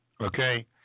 Okay